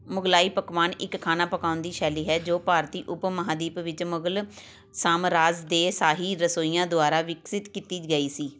ਮੁਗਲਾਈ ਪਕਵਾਨ ਇੱਕ ਖਾਣਾ ਪਕਾਉਣ ਦੀ ਸ਼ੈਲੀ ਹੈ ਜੋ ਭਾਰਤੀ ਉਪ ਮਹਾਂਦੀਪ ਵਿੱਚ ਮੁਗਲ ਸਾਮਰਾਜ ਦੇ ਸ਼ਾਹੀ ਰਸੋਈਆਂ ਦੁਆਰਾ ਵਿਕਸਿਤ ਕੀਤੀ ਗਈ ਸੀ